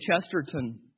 Chesterton